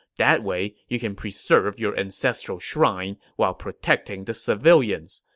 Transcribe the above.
that way, you can preserve your ancestral shrine while protecting the civilians.